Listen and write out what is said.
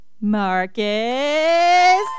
Marcus